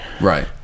Right